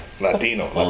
Latino